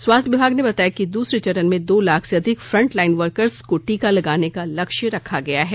स्वास्थ्य विभाग ने बताया है कि दूसरे चरण में दो लाख से अधिक फंट लाइन वर्कर्स को टीका लगाने का लक्ष्य रखा गया है